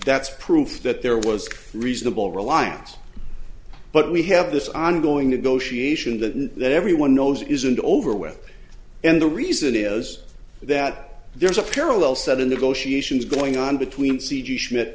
that's proof that there was reasonable reliance but we have this ongoing negotiation that that everyone knows isn't over with and the reason is that there's a parallel sudden negotiations going on between c g schmidt